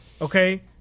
Okay